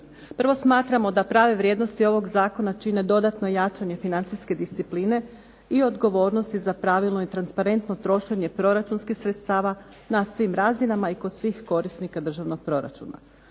Prvo smatramo da prave vrijednosti ovog zakona čine dodatno jačanje financijske discipline i odgovornosti za pravilno i transparentno trošenje proračunskih sredstava na svim razinama i kod svih korisnika državnog proračuna,